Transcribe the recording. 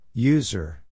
User